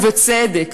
ובצדק.